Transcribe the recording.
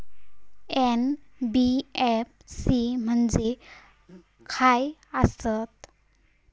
NBFC म्हणजे खाय आसत?